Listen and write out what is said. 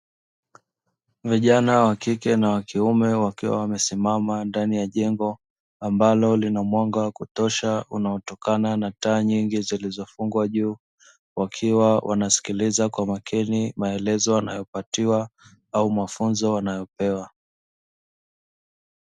Vijana wa kike na kiume wakiwa wamesimama ndani ya jengo ambalo linamwanga wa kutosha unaotokana na taa nyingi zilizofungwa juu, wakiwa wanasikiliza kwa makini maelezo wanayopatiwa au mafunzo wanayopewa.